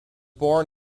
born